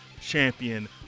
champion